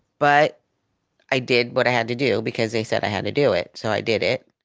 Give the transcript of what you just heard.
but i did what i had to do because they said i had to do it, so i did it.